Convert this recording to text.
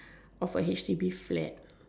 of A H D B flat